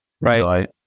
Right